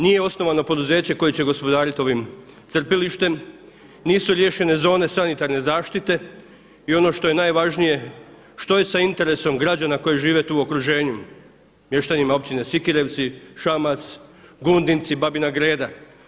Nije osnovano poduzeće koje će gospodariti ovim crpilištem, nisu riješene zone sanitarne zaštite i ono što je najvažnije, što je sa interesom građana koji žive tu u okruženju, mještanima Općine Sikirevci, Šamac, Gundinci, Babina Greda?